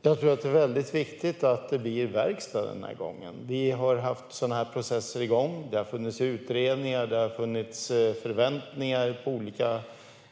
Fru talman! Jag tror att det är mycket viktigt att det blir verkstad den här gången. Vi har haft sådana processer igång. Det har funnits utredningar, och det har funnits förväntningar på olika